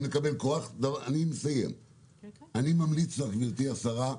אני ממליץ לך, גברתי השרה,